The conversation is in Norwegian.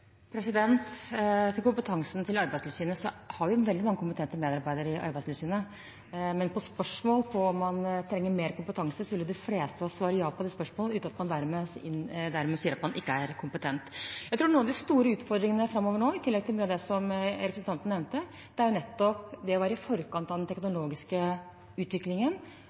Til kompetansen til Arbeidstilsynet: Vi har veldig mange kompetente medarbeidere i Arbeidstilsynet. Men på spørsmål om man trenger mer kompetanse, ville de fleste av oss svare ja, uten at man dermed sier at man ikke er kompetent. Jeg tror noen av de store utfordringene framover nå, i tillegg til det som representanten nevnte, er nettopp å være i forkant av den teknologiske utviklingen